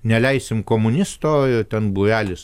neleisim komunisto ir ten būrelis